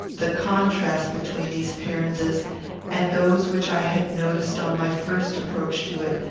the contrast between these appearances and those which i had noticed on my first approach to it,